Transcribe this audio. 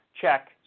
check